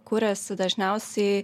kuriasi dažniausiai